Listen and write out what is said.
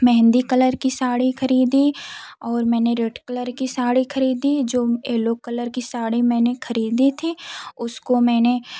mehndi colour की साड़ी खरीदी और मैंने रेड कलर की साड़ी खरीदी जो येलो कलर की साड़ी मैंने खरीदी थी उसको मैंने